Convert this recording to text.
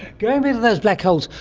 going back to those black holes,